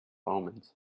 omens